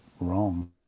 wrong